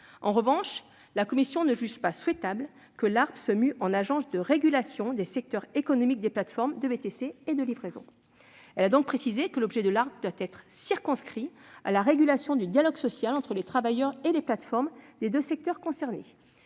En revanche, la commission ne juge pas souhaitable que l'ARPE se mue en agence de régulation des secteurs économiques des plateformes de VTC et de livraison. Elle a donc précisé que l'objet de l'ARPE doit être circonscrit à la régulation du dialogue social entre les travailleurs et les plateformes des deux secteurs concernés.